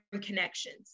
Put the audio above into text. connections